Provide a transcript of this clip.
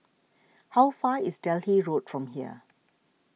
how far is Delhi Road from here